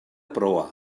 proa